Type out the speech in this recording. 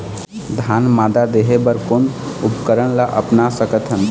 धान मादा देहे बर कोन उपकरण ला अपना सकथन?